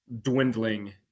dwindling